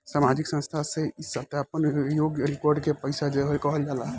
सामाजिक संस्था से ई सत्यापन योग्य रिकॉर्ड के पैसा कहल जाला